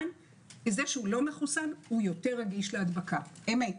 - זה שהוא לא מחוסן הוא יותר רגיש להדבקה אמת.